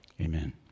Amen